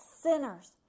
sinners